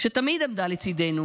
שתמיד עמדה לצידנו